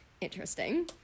interesting